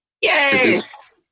Yes